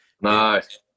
Nice